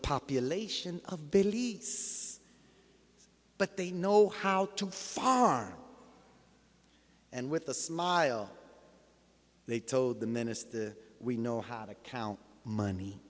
population of belief but they know how to farm and with a smile they told the minister we know how to count money